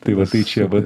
tai va tai čia va